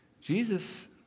Jesus